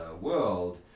world